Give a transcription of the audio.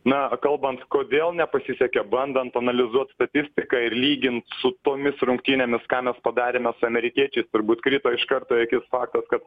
na kalbant kodėl nepasisekė bandant analizuot statistiką ir lygint su tomis rungtynėmis ką mes padarėme su amerikiečiais turbūt krito iš karto į akis faktas kad